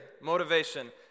motivation